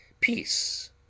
Peace